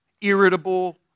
Irritable